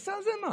תעשה על זה מס.